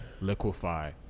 liquefy